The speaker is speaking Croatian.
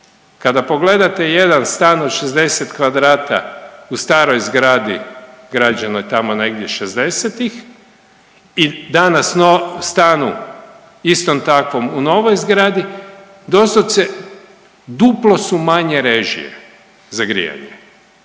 Kada pogledate jedan stan od 60 kvadrata u staroj zgradi građenoj tamo negdje šezdesetih i danas stanu istom takvom u novoj zgradi doslovce duplo su manje režije za grijanje,